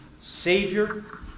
Savior